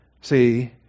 see